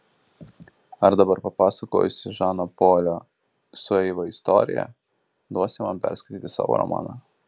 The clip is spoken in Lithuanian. ar dabar papasakojusi žano polio su eiva istoriją duosi man perskaityti savo romaną